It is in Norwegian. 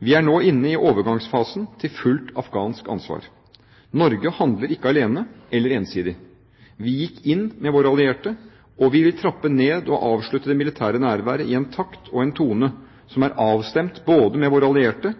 Vi er nå inne i overgangsfasen til fullt afghansk ansvar. Norge handler ikke alene eller ensidig. Vi gikk inn med våre allierte, og vi vil trappe ned og avslutte det militære nærværet i en takt og en tone som er avstemt både med våre allierte